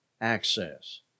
access